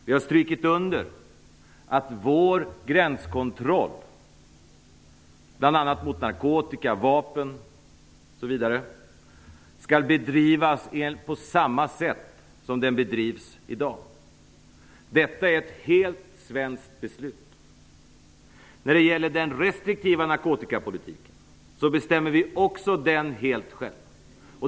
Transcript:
Vi har strukit under att vår gränskontroll bl.a. mot narkotika och vapen skall bedrivas på samma sätt som den bedrivs i dag. Detta är ett helt svenskt beslut. Också den restriktiva narkotikapolitiken bestämmer vi helt själva.